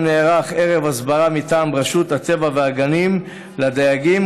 נערך ערב הסברה מטעם רשות הטבע והגנים לדייגים,